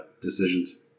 decisions